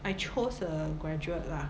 I chose a graduate lah